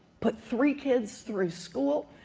put three kids through school,